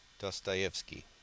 Dostoevsky